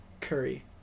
Curry